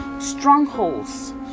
strongholds